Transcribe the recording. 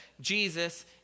Jesus